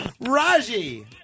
Raji